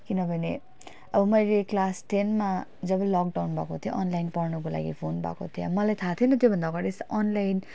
किनभने अब मैले क्लास टेनमा जब लकडाउन भएको थियो अनलाइन पढ्नुको लागि फोन पाएको थिएँ मलाई थाहा थिएन त्योभन्दा अगाडि अनलाइन